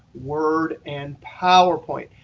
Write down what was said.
word, and powerpoint.